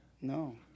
No